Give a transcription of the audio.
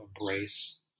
embrace